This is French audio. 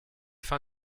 fins